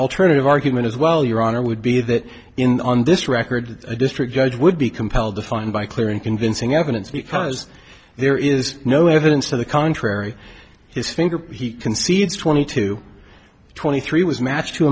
alternative argument as well your honor would be that in on this record a district judge would be compelled to find by clear and convincing evidence because there is no evidence to the contrary his finger he concedes twenty two twenty three was match